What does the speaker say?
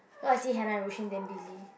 so I see Naroushion then busy